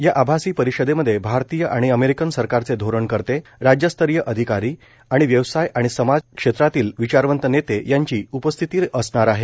या आभासी परिषदेमध्ये भारतीय आणि अमेरिकन सरकारचे धोरणकर्ते राज्यस्तरीय अधिकारी आणि व्यवसाय आणि समाज क्षेत्रातील विचारवंत नेते यांची वैशिष्ट्यपूर्ण उपस्थिती असणार आहे